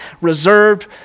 reserved